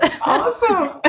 Awesome